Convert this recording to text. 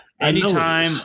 Anytime